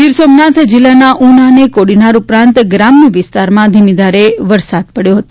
ગીર સોમનાથ જિલ્લામાં ઊના અને કોડીનાર ઉપરાંત ગ્રામ્ય વિસ્તારમાં ધીમીધારે વરસાદ શરૂ થયો છે